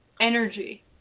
energy